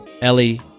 Ellie